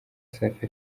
safi